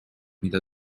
mida